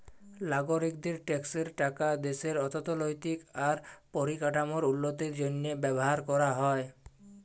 লাগরিকদের ট্যাক্সের টাকা দ্যাশের অথ্থলৈতিক আর পরিকাঠামোর উল্লতির জ্যনহে ব্যাভার ক্যরা হ্যয়